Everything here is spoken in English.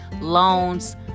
loans